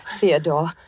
Theodore